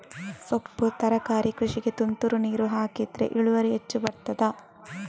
ಸೊಪ್ಪು ತರಕಾರಿ ಕೃಷಿಗೆ ತುಂತುರು ನೀರು ಹಾಕಿದ್ರೆ ಇಳುವರಿ ಹೆಚ್ಚು ಬರ್ತದ?